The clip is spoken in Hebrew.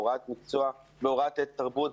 בהוראת תרבות,